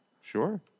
sure